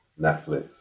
Netflix